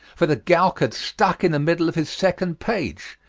for the gowk had stuck in the middle of his second page.